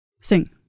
Sing